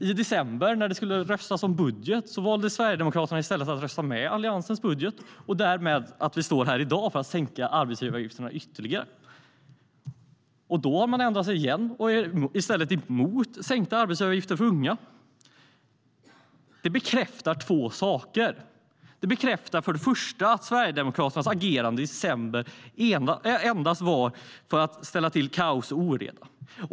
I december, när det skulle röstas om budget, valde Sverigedemokraterna i stället att rösta för Alliansens budget. Därmed står vi här i dag för att sänka arbetsgivaravgifterna ytterligare. Då har Sverigedemokraterna ändrat sig igen, och är i stället emot sänkta arbetsgivaravgifter för unga. Det bekräftar två saker. Det bekräftar för det första att Sverigedemokraternas agerande i december endast var till för att ställa till kaos och oreda.